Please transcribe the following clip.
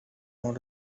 not